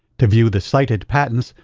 to view the cited patents,